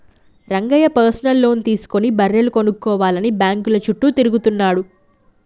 Rangayya personal loan తీసుకుని బర్రెలు కొనుక్కోవాలని బ్యాంకుల చుట్టూ తిరుగుతున్నాడు